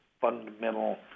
fundamental